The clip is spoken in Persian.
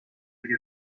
عهده